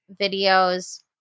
videos